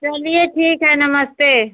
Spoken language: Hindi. चलिए ठीक है नमस्ते